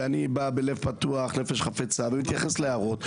ואני בא בלב פתוח ונפש חפצה ומתייחס להערות,